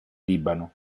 libano